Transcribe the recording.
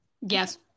yes